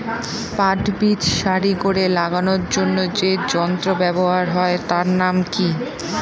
পাট বীজ সারি করে লাগানোর জন্য যে যন্ত্র ব্যবহার হয় তার নাম কি?